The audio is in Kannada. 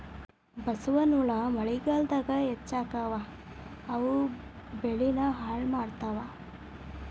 ಬಸವನಹುಳಾ ಮಳಿಗಾಲದಾಗ ಹೆಚ್ಚಕ್ಕಾವ ಇವು ಬೆಳಿನ ಹಾಳ ಮಾಡತಾವ